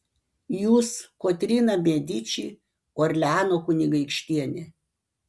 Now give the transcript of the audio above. jūs kotryna mediči orleano kunigaikštienė